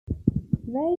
they